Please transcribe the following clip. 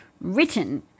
written